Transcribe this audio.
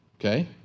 okay